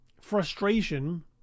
frustration